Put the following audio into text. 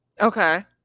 Okay